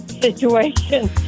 situation